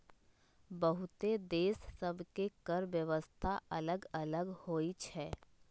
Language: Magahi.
बहुते देश सभ के कर व्यवस्था अल्लग अल्लग होई छै